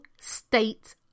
state